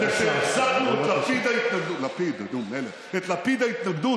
מה שיצא זה שהחזקנו את לפיד ההתנגדות,